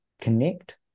connect